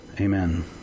Amen